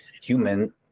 human